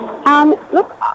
Look